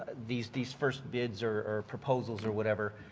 these these first bids or or proposals or whatever,